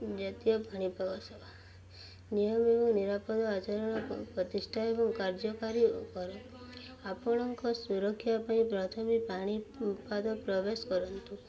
ଜାତୀୟ ପାଣିପାଗ ନିୟମ ଏବଂ ନିରାପଦ ଆଚରଣ ପ୍ରତିଷ୍ଠା ଏବଂ କାର୍ଯ୍ୟକାରୀ କର ଆପଣଙ୍କ ସୁରକ୍ଷା ପାଇଁ ପ୍ରଥମେ ପାଣିପାଗ ପ୍ରବେଶ କରନ୍ତୁ